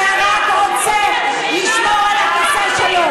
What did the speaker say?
שרק רוצה לשמור על הכיסא שלו.